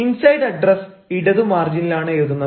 inside address ഇടതു മാർജിനിൽ ആണ് എഴുതുന്നത്